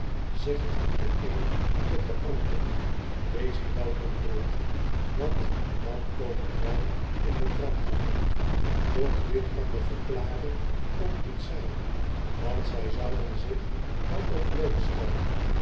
zegt de een tot den ander wees welkom dood want dan komen wij in de kranten doch dit kan de verklaring ook niet zijn want zij zouden zich dan ook